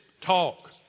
talk